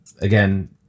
again